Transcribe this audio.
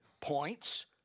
points